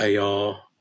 ar